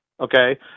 Okay